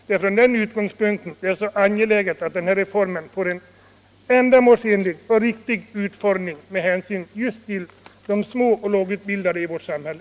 Det är från den utgångspunkten det är så angeläget att den här reformen får en ändamålsenlig och riktig utformning med hänsyn just till de små och lågutbildade i vårt samhälle.